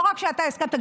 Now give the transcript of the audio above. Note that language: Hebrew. לא רק שאתה הסכמת,